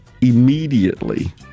immediately